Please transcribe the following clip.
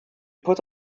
put